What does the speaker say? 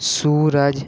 سورج